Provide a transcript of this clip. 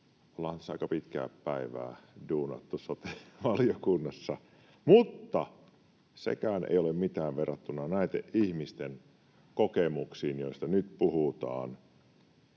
ollaanhan tässä aika pitkää päivää duunattu sote-valiokunnassa. Mutta sekään ei ole mitään verrattuna näiden ihmisten kokemuksiin, joista nyt puhutaan.